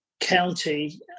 county